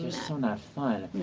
so not fun. no.